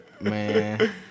Man